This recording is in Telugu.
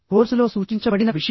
ఇది కోర్సులో సూచించబడిన విషయం